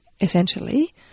essentially